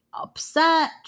upset